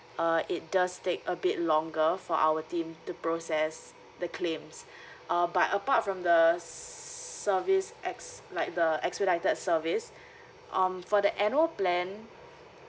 err it does take a bit longer for our team to process the claims uh but apart from the s~ service ex~ like the expedited service um for the annual plan